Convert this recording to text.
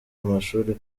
amashuri